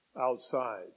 outside